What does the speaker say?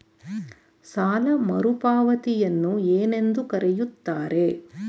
ಸಾಲ ಮರುಪಾವತಿಯನ್ನು ಏನೆಂದು ಕರೆಯುತ್ತಾರೆ?